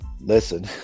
Listen